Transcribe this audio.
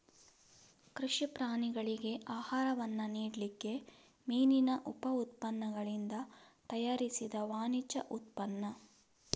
ಕೃಷಿ ಪ್ರಾಣಿಗಳಿಗೆ ಆಹಾರವನ್ನ ನೀಡ್ಲಿಕ್ಕೆ ಮೀನಿನ ಉಪ ಉತ್ಪನ್ನಗಳಿಂದ ತಯಾರಿಸಿದ ವಾಣಿಜ್ಯ ಉತ್ಪನ್ನ